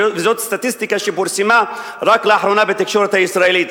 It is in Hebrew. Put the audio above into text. וזאת סטטיסטיקה שפורסמה רק לאחרונה בתקשורת הישראלית: